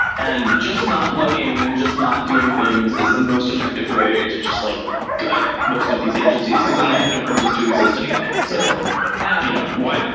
and just not looking and just not doing things is the most effective way to just like gut most of these agencies because then they have no purpose to exist anyway. so yeah. you know why.